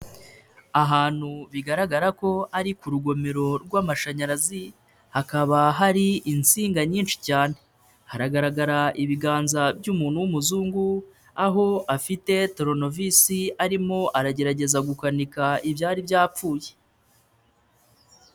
Ahantu bigaragara ko ari ku rugomero rw'amashanyarazi hakaba hari insinga nyinshi cyane, haragaragara ibiganza by'umuntu w'umuzungu aho afite toronovisi arimo aragerageza gukanika ibyari byapfuye.